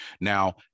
Now